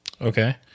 Okay